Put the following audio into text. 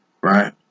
right